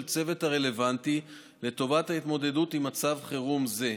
הצוות הרלוונטי לטובת ההתמודדות עם מצב חירום זה.